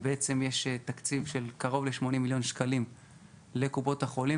בעצם יש תקציב של קרוב ל-80 מיליון שקלים לקופות החולים.